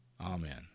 Amen